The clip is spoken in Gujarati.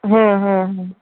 હમ્મ હમ્મ